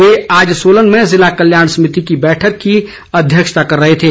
वे आज सोलन में जिला कल्याण समिति की बैठक की अध्यक्षता कर रहे थे